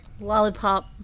Lollipop